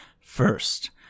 First